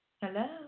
Hello